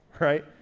right